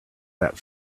that